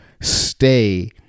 stay